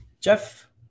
Jeff